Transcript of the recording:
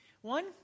One